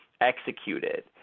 executed